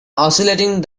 oscillating